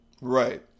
Right